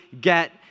get